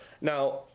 Now